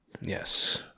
yes